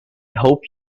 hope